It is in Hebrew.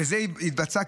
וזה יתבצע,